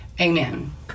Amen